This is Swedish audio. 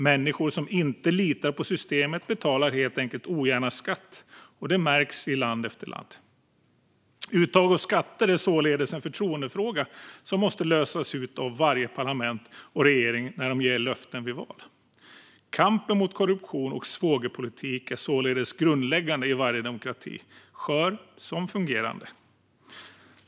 Människor som inte litar på systemet betalar helt enkelt ogärna skatt, och det märks i land efter land. Uttag av skatter är således en förtroendefråga som måste lösas av varje parlament och regering när de ger löften vid val. Kampen mot korruption och svågerpolitik är således grundläggande i varje demokrati - skör som fungerande.